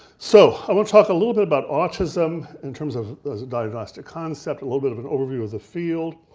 so i wanna talk a little bit about autism in terms of as a diagnostic concept, a little bit of an overview as a field,